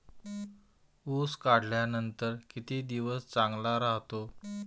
ऊस काढल्यानंतर किती दिवस चांगला राहतो?